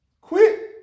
Quit